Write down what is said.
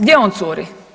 Gdje on curi?